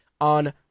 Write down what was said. on